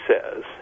says